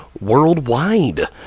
Worldwide